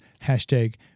Hashtag